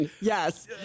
yes